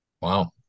Wow